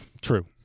True